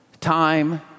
time